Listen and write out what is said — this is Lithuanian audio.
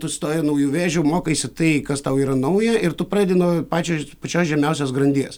tu stoji ant naujų vėžių mokaisi tai kas tau yra nauja ir tu pradedi nuo pačio pačios žemiausios grandies